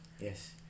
yes